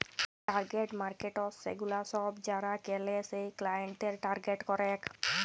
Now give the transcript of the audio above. target markets সেগুলা সব যারা কেলে সেই ক্লায়েন্টদের টার্গেট করেক